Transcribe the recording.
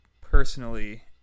personally